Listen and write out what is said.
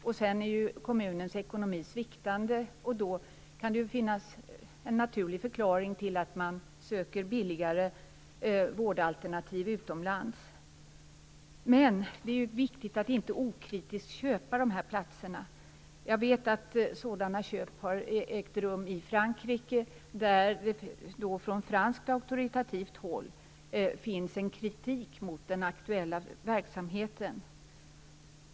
Dessutom är kommunernas ekonomi sviktande, därför kan det finnas en naturlig förklaring till att man söker billigare vårdalternativ utomlands. Men det är viktigt att inte okritiskt köpa de här platserna. Jag vet att sådana köp har ägt rum i Frankrike, där det från franskt auktoritativt håll finns en kritik mot den aktuella verksamheten.